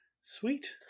sweet